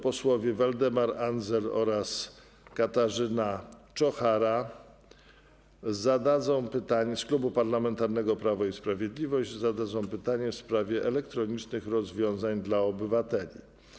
Posłowie Waldemar Andzel oraz Katarzyna Czochara z Klubu Parlamentarnego Prawo i Sprawiedliwość zadadzą pytanie w sprawie elektronicznych rozwiązań dla obywateli.